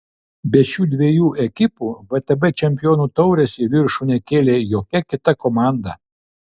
be šių dviejų ekipų vtb čempionų taurės į viršų nekėlė jokia kita komanda